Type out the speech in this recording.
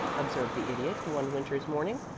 observed the idiot, one winter's morning,